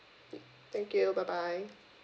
thank you bye bye